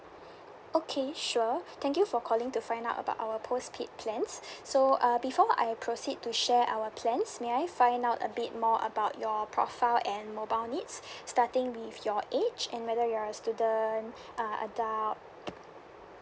okay sure thank you for calling to find out about our postpaid plans so uh before I proceed to share our plans may I find out a bit more about your profile and mobile needs starting with your age and whether you're a student uh adult